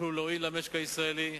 שיוכלו להועיל למשק הישראלי.